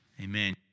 Amen